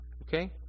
Okay